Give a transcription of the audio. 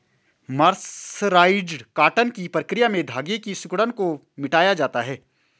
mercerised cotton की प्रक्रिया में धागे की सिकुड़न को मिटाया जाता है